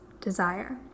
desire